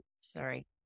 Sorry